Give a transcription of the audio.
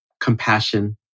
compassion